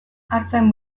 artzain